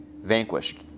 vanquished